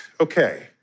okay